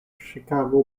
chicago